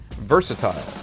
Versatile